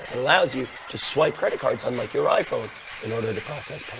allows you to swipe credit cards on like your iphone in order to process